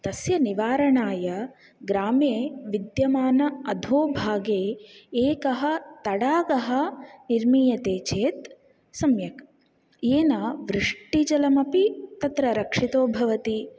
तस्य निवारणाय ग्रामे विद्यमान अधो भागे एकः तडागः निर्मीयते चेत् सम्यक् येन वृष्टिजलमपि तत्र रक्षितो भवति